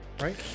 Right